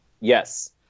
Yes